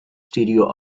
stereo